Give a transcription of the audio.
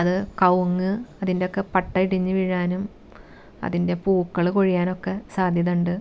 അത് കവുങ്ങ് അതിൻ്റെ ഒക്കെ പട്ട ഇടിഞ്ഞു വീഴാനും അതിൻ്റെ പൂക്കൾ കൊഴിയാനുമൊക്കെ സാധ്യതയുണ്ട്